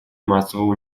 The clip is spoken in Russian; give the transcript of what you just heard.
массового